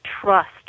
trust